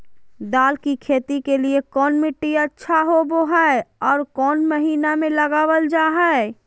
दाल की खेती के लिए कौन मिट्टी अच्छा होबो हाय और कौन महीना में लगाबल जा हाय?